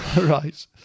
right